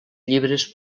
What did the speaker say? llibres